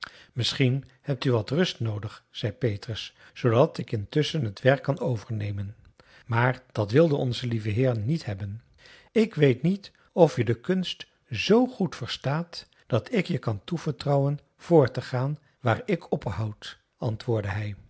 misschien hebt u wat rust noodig zei petrus zoodat ik intusschen het werk kan overnemen maar dat wilde onze lieve heer niet hebben ik weet niet of je de kunst zoo goed verstaat dat ik t je kan toevertrouwen voort te gaan waar ik ophoud antwoordde